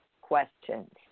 questions